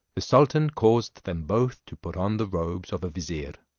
the sultan caused them both to put on the robes of a vizier,